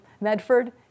Medford